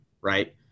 right